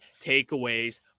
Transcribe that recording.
takeaways